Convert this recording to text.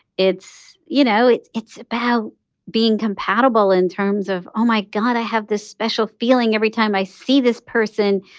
it's you know, it's it's about being compatible in terms of, oh, my god, i have this special feeling every time i see this person.